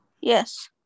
Yes